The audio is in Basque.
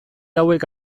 hauek